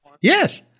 Yes